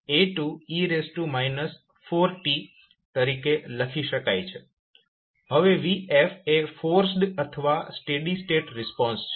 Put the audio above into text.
હવે vf એ forced અથવા સ્ટેડી સ્ટેટ રિસ્પોન્સ છે